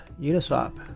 Uniswap